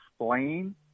explain